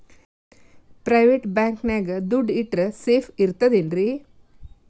Private bank ನ್ಯಾಗ್ ದುಡ್ಡ ಇಟ್ರ ಸೇಫ್ ಇರ್ತದೇನ್ರಿ?